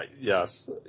Yes